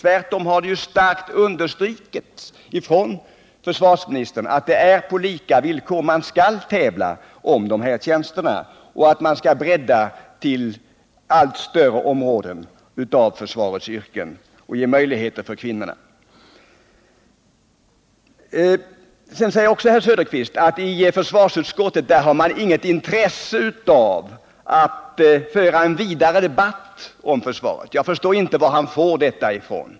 Tvärtom har det kraftigt understrukits av försvarsministern att det är på lika villkor man skall tävla om tjänsterna och att kvinnorna skall ges möjligheter att söka sig till allt fler yrkesområden inom försvaret. Vidare menar herr Söderqvist att man i försvarsutskottet inte har något intresse av att föra en vidare debatt om försvaret. Jag förstår inte var han får detta ifrån.